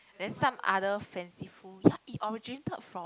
then some other fanciful ya it originated from